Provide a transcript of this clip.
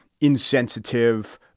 insensitive